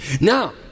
Now